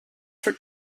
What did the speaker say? for